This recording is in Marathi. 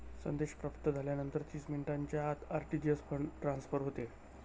संदेश प्राप्त झाल्यानंतर तीस मिनिटांच्या आत आर.टी.जी.एस फंड ट्रान्सफर होते